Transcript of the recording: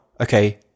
okay